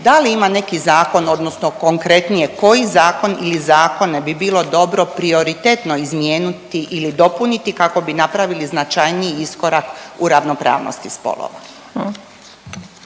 da li ima neki zakon odnosno konkretnije, koji zakon ili zakone bi bilo dobro prioritetno izmijeniti ili dopuniti kako bi napravili značajniji iskorak u ravnopravnosti spolova.